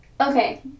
Okay